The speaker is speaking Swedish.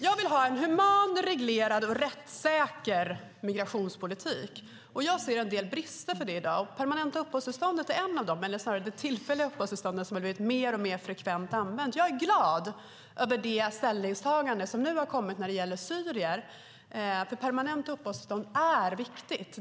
Jag vill ha en human, reglerad och rättssäker migrationspolitik. Jag ser en del brister i dag. Det permanenta uppehållstillståndet är en, eller snarare det tillfälliga uppehållstillståndet som används alltmer frekvent. Jag är glad över det ställningstagande som nu kommit beträffande syrier, för permanent uppehållstillstånd är viktigt.